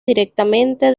directamente